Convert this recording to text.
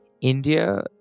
India